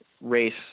race